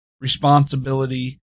responsibility